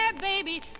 baby